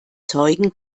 zeugen